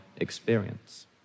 Experience